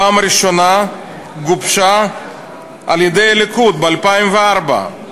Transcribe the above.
פעם ראשונה גובשה על-ידי הליכוד ב-2004.